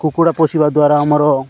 କୁକୁଡ଼ା ପୋଷିବା ଦ୍ୱାରା ଆମର